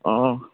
অঁ